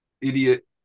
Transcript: idiot